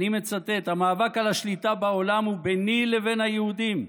אני מצטט: "המאבק על השליטה בעולם הוא ביני לבין היהודים.